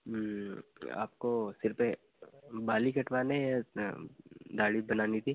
आपको सिर्फ़ यह बाल ही कटवाने हैं दाढ़ी भी बनानी थी